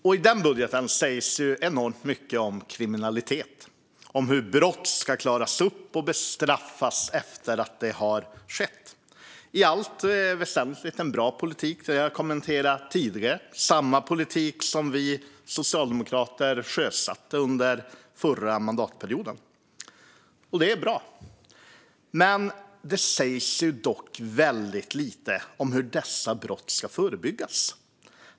I den budgeten sägs det enormt mycket om kriminalitet och om hur brott ska klaras upp och bestraffas efter att de skett. Det är i allt väsentligt bra politik - det har jag kommenterat tidigare. Det är samma politik som vi socialdemokrater sjösatte under förra mandatperioden. Det är bra. Det sägs dock väldigt lite om hur brott ska förebyggas.